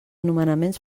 nomenaments